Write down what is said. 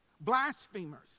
blasphemers